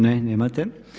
Ne, nemate.